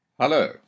Hello